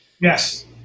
Yes